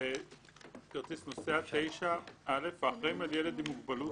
"כרטיס נוסע 9. האחראים על ילד עם מוגבלות,